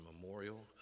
memorial